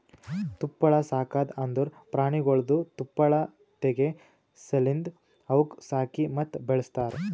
ತುಪ್ಪಳ ಸಾಕದ್ ಅಂದುರ್ ಪ್ರಾಣಿಗೊಳ್ದು ತುಪ್ಪಳ ತೆಗೆ ಸಲೆಂದ್ ಅವುಕ್ ಸಾಕಿ ಮತ್ತ ಬೆಳಸ್ತಾರ್